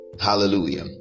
Hallelujah